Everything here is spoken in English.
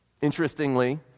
Interestingly